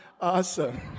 awesome